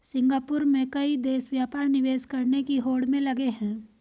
Singapore में कई देश व्यापार निवेश करने की होड़ में लगे हैं